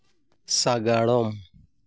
ᱥᱟᱜᱟᱲᱚᱢ